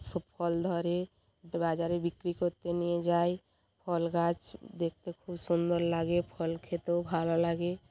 সব ফল ধরে বাজারে বিক্রি করতে নিয়ে যাই ফল গাছ দেখতে খুব সুন্দর লাগে ফল খেতেও ভালো লাগে